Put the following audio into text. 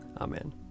Amen